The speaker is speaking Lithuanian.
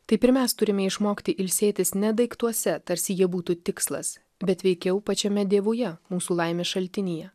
taip ir mes turime išmokti ilsėtis ne daiktuose tarsi jie būtų tikslas bet veikiau pačiame dievuje mūsų laimės šaltinyje